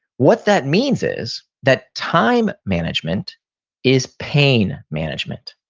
what that means is that time management is pain management.